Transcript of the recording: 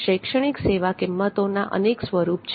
શૈક્ષણિક સેવા કિંમતોના અનેક સ્વરૂપ છે